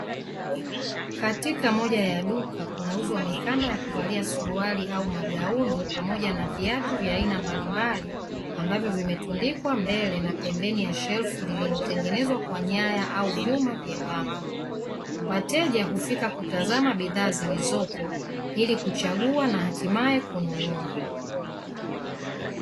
Katika moja ya duka kunauzwa mikanda ya kuvalia suruali au magauni pamoja na viatu vya aina mbalimbali; ambavyo vimetundikwa mbele na pembeni ya shelfu; lililotengenezwa kwa nyaya au vyuma vyembamba. Wateja hufika kutazama bidhaa zilizopo ili kuchagua na hatimaye kununua.